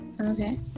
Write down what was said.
okay